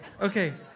okay